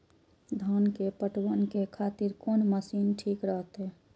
धान के पटवन के खातिर कोन मशीन ठीक रहते?